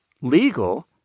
legal